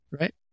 right